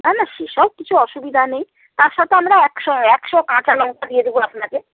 না না সে সব কিছু অসুবিধা নেই তার সাথে আমরা একশো একশো কাঁচা লঙ্কা দিয়ে দেবো আপনাকে